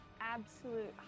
absolute